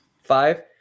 Five